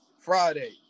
Friday